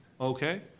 Okay